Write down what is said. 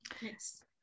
Yes